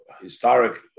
historic